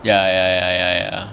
ya ya ya ya ya